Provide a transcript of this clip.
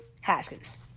Haskins